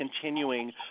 continuing